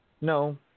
No